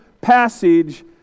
passage